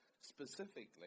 specifically